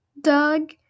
dog